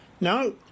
No